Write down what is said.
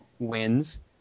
Wins